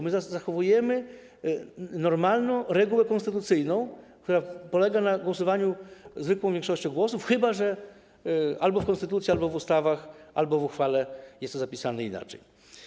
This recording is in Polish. My zachowujemy normalną regułę konstytucyjną, która polega na głosowaniu zwykłą większością głosów, chyba że w konstytucji, w ustawach albo w uchwale jest to zapisane inaczej.